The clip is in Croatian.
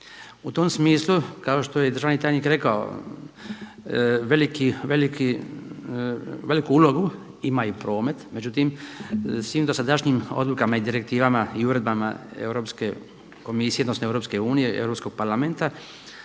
U tom smislu kao što je državni tajnik rekao veliku ulogu ima i promet, međutim s tim da sadašnjim odlukama, direktivama i uredbama Europske komisije, odnosno Europske unije, Europskog parlamenta